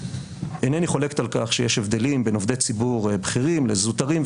אינני חולקת על כך שיש הבדלים בין עובדי ציבור בכירים לזוטרים,